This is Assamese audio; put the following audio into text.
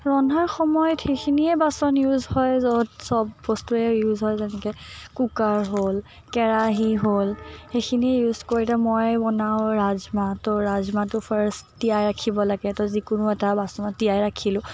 ৰন্ধাৰ সময়ত সেইখিনিয়ে বাচন ইউজ হয় য'ত চব বস্তুৱে ইউজ হয় যেনেকৈ কুকাৰ হ'ল কেৰাহী হ'ল সেইখিনিয়ে ইউজ কৰিলে মই বনাও ৰাজমাহ তৌ ৰাজমাহটো ফাৰ্ষ্ট তিয়াই ৰাখিব লাগে তৌ যিকোনো এটা বাচনত তিয়াই ৰাখিলোঁ